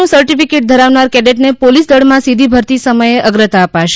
નું સર્ટિફિકેટ ધરાવનાર કેડેટને પોલિસ દળમાં સીધી ભરતી સમયે અગ્રતા અપાશે